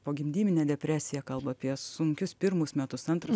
pogimdyminę depresiją kalba apie sunkius pirmus metus antrą